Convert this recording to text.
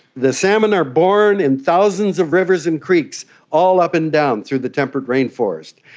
the salmon are born in thousands of rivers and creeks all up and down through the temperate rainforest,